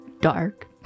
dark